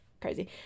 crazy